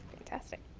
fantastic.